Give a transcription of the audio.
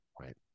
right